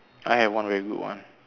I have one very good one